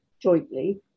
jointly